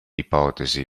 ipotesi